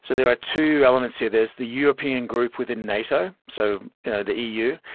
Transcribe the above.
so there are two elements here. there's the european group within nato, so the eu,